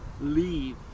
leave